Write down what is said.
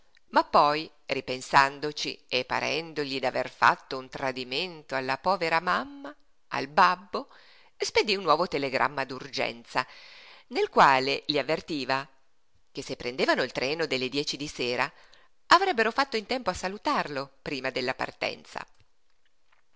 ma poi ripensandoci e parendogli d'aver fatto un tradimento alla povera mamma al babbo spedí un nuovo telegramma d'urgenza nel quale li avvertiva che se prendevano il treno delle dieci di sera avrebbero fatto in tempo a salutarlo prima della partenza